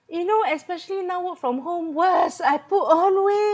you know especially now work from home worse I put on